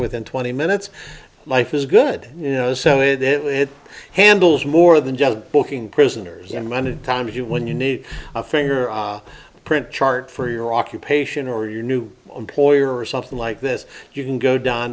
within twenty minutes life is good you know so it handles more than just booking prisoners and many times you when you need a finger print chart for your occupation or your new employer or something like this you can go down